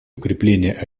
укрепления